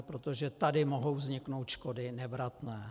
Protože tady mohou vzniknout škody nevratné.